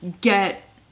get